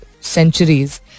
centuries